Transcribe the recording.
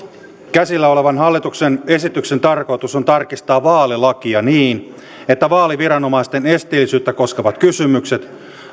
käsillä olevan hallituksen esityksen tarkoitus on tarkistaa vaalilakia niin että vaaliviranomaisten esteellisyyttä koskevat kysymykset